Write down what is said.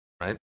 right